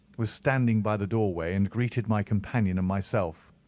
was standing by the doorway, and greeted my companion and myself.